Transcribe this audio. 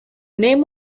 name